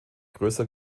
größer